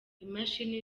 imashini